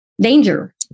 danger